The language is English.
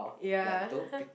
ya